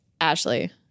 Ashley